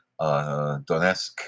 Donetsk